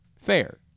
Fair